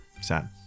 sad